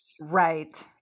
right